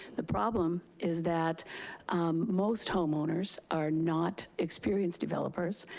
the problem is that most homeowners are not experienced developers,